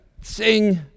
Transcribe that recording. sing